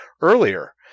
earlier